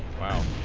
well